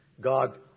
God